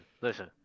listen